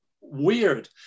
weird